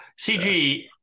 cg